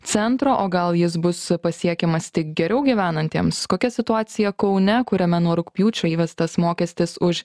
centro o gal jis bus pasiekiamas tik geriau gyvenantiems kokia situacija kaune kuriame nuo rugpjūčio įvestas mokestis už